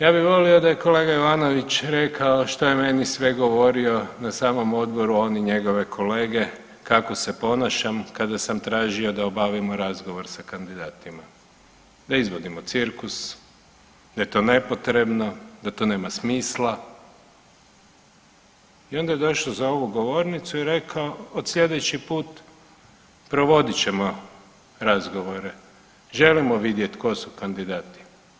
Ja bi volio da je kolega Ivanović rekao što je meni sve govorio na samom odboru on i njegove kolege kako se ponašam kada sam tražio da obavimo razgovor sa kandidatima, da izvodimo cirkus, da je to nepotrebno, da to nema smisla i onda je došao za ovu govornicu i rekao od sljedeći put provodit ćemo razgovore, želimo vidjeti tko su kandidati.